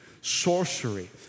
sorcery